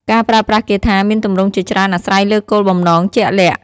ការប្រើប្រាស់គាថាមានទម្រង់ជាច្រើនអាស្រ័យលើគោលបំណងជាក់លាក់។